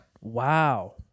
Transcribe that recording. Wow